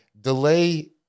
delay